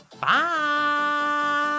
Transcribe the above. Bye